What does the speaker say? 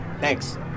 Thanks